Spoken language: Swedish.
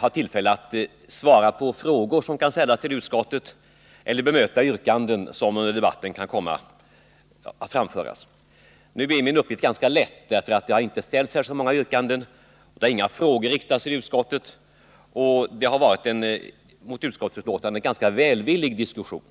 ha tillfälle att svara på frågor som eventuellt ställdes till utskottet och bemöta yrkanden som under debatten kunde komma att framföras. Nu blir min uppgift ganska lätt — det har inte ställts så många yrkanden, och inga frågor har riktats till utskottet. Det har varit en mot utskottsbetänkandet ganska välvillig diskussion.